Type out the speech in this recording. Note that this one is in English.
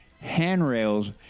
handrails